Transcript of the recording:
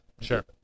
Sure